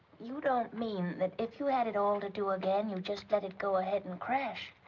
you don't mean that if you had it all to do again, you'd just let it go ahead and crash?